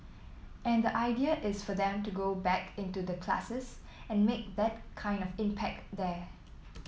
and the idea is for them to go back into the classes and make that kind of impact there